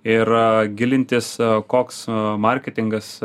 ir gilintis koks marketingas